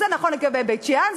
זה נכון לגבי בית-שאן,